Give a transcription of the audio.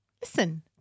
listen